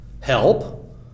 help